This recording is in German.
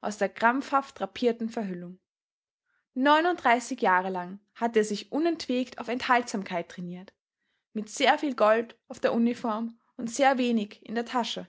aus der krampfhaft drapierten verhüllung neununddreißig jahre lang hatte er sich unentwegt auf enthaltsamkeit träniert mit sehr viel gold auf der uniform und sehr wenig in der tasche